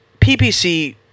PPC